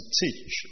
teach